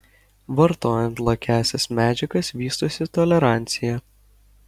vartojant lakiąsias medžiagas vystosi tolerancija